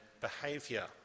behaviour